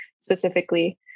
specifically